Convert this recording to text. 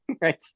right